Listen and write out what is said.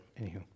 Anywho